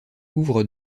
ouvre